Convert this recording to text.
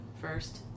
first